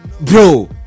bro